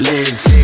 Legs